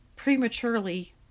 prematurely